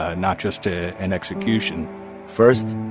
ah not just ah an execution first,